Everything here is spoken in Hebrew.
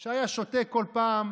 אחד שהיה שותה כל פעם.